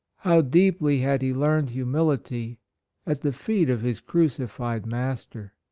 how deeply had he learned humility at the feet of his crucified master.